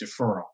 deferral